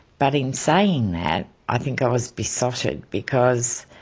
but in saying that, i think i was besotted because